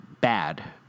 bad